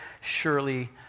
Surely